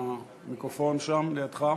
מהמיקרופון שם, לידך.